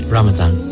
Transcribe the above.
Ramadan